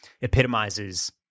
epitomizes